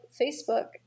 Facebook